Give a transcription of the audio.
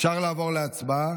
אפשר לעבור להצבעה.